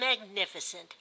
magnificent